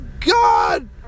God